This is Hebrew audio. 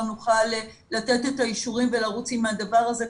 נוכל לתת את האישורים ולרוץ עם הדבר הזה,